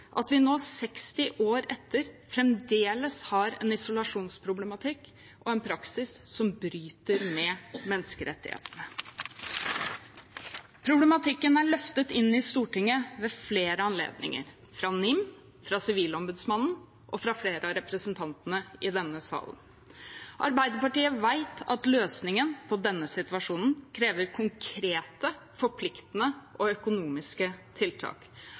at vi nå, 60 år etter, fremdeles har en isolasjonsproblematikk og en praksis som bryter med menneskerettighetene. Problematikken er løftet inn i Stortinget ved flere anledninger, fra NIM, fra Sivilombudsmannen og fra flere av representantene i denne salen. Arbeiderpartiet vet at løsningen på denne situasjonen krever konkrete, forpliktende og økonomiske tiltak.